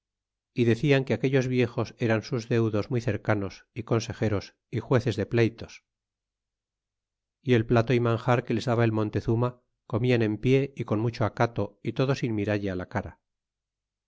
é decian que aquellos viejos eran sus deudos muy cercanos y consejeros y jueces de pleytos y el plato y manjar que les daba el montezuma comian en pie y con mucho acato y todo sin miralle la cara